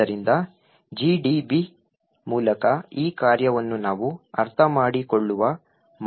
ಆದ್ದರಿಂದGDB ಮೂಲಕ ಈ ಕಾರ್ಯವನ್ನು ನಾವು ಅರ್ಥಮಾಡಿಕೊಳ್ಳುವ ಮಾರ್ಗವಾಗಿದೆ